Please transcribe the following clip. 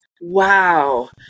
Wow